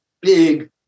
big